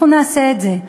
אנחנו נעשה את זה.